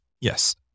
Yes